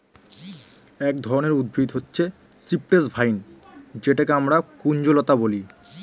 এক ধরনের উদ্ভিদ হচ্ছে সিপ্রেস ভাইন যেটাকে আমরা কুঞ্জলতা বলি